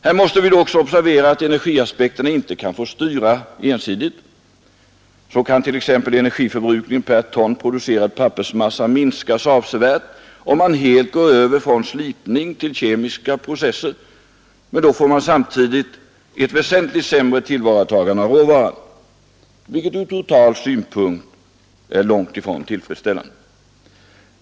Här måste vi då också observera att energiaspekterna inte kan få styra ensidigt. Så kan t.ex. energiförbrukningen per ton producerad pappersmassa minskas avsevärt om man helt går över från slipning till kemiska processer, men då får man samtidigt ett väsentligt sämre tillvaratagande av råvaran, vilket ur total synpunkt är långt ifrån tillfredsställande.